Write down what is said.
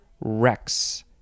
Rex